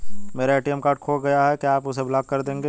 मेरा ATM card खो गया है क्या आप उसे ब्लॉक कर देंगे?